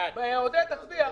בטעות יצא לך.